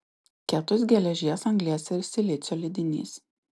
ketus geležies anglies ir silicio lydinys